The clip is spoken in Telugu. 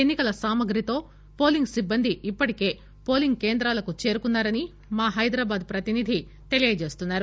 ఎన్సి కల సామగ్రితో పోలింగ్ సిబ్బంది ఇప్పటికే పోలింగ్ కేంద్రాలకు చేరుకున్నా రని మా హైదరాబాద్ ప్రతినిధి తెలియజేస్తున్నారు